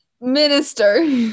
minister